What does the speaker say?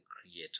creator